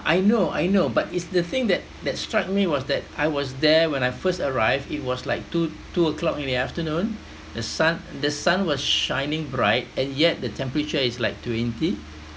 I know I know but it's the thing that that struck me was that I was there when I first arrived it was like two two o'clock in the afternoon the sun the sun was shining bright and yet the temperature is like twenty